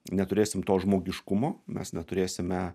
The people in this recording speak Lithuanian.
neturėsim to žmogiškumo mes neturėsime